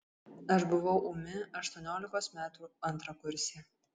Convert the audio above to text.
aš buvau ūmi aštuoniolikos metų antrakursė